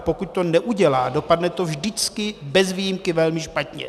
Pokud to neudělá, dopadne to vždycky bez výjimky velmi špatně.